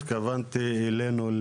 התכוונתי אלינו,